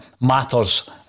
matters